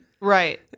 Right